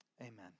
amen